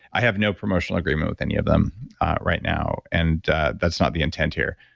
i have no promotional agreement with any of them right now, and that's not the intent here.